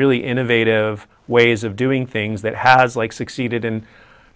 really innovative ways of doing things that has like succeeded in